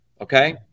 Okay